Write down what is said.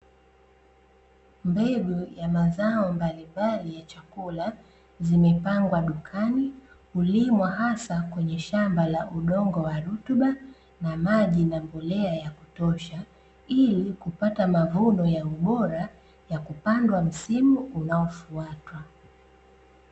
Mbegu ya mazao mbalimbali ya chakula zimepangwa dukani, hulimwa hasa kwenye shamba la udongo wa rutuba na maji na mbolea yakutosha ili kupata mavuno ya ubora yakupandwa msimu unao fuata.